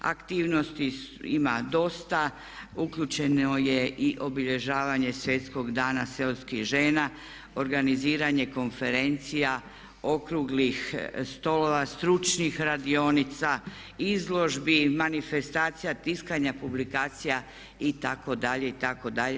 Aktivnosti ima dosta, uključeno je i obilježavanje Svjetskog dana seoskih žena, organiziranje konferencija, okruglih stolova, stručnih radionica, izložbi, manifestacija, tiskanja publikacija itd. itd.